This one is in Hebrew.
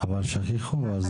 אבל שכחו.